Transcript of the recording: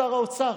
שר האוצר.